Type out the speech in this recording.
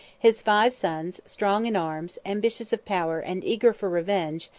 his five sons, strong in arms, ambitious of power, and eager for revenge,